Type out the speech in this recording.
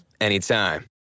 anytime